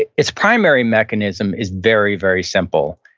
ah its primary mechanism is very, very simple.